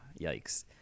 yikes